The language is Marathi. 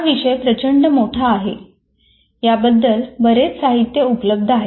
हा विषय प्रचंड मोठा आहे आणि याबद्दल बरेच साहित्य उपलब्ध आहे